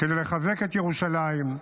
כדי לחזק את ירושלים,